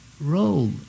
role